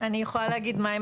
אני יכולה להגיד מהן